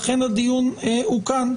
ולכן הדיון הוא כאן.